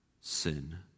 sin